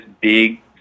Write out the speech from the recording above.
big